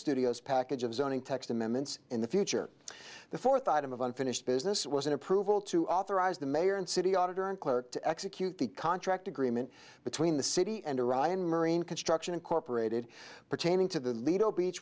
studios package of zoning text amendments in the future the fourth item of unfinished business was an approval to authorize the mayor and city auditor and clerk to execute the contract agreement between the city and arayan marine construction incorporated pertaining to the lido beach